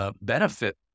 benefit